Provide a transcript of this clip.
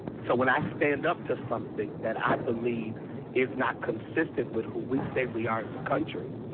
so, when i stand up to something that i believe is not consistent with who we say we are as a country,